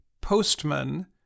Postman